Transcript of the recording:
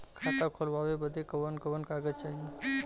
खाता खोलवावे बादे कवन कवन कागज चाही?